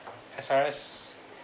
S_R_S